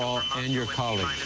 um and your colleagues.